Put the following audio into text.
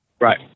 Right